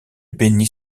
beni